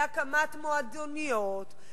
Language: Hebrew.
להקמת מועדוניות,